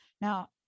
Now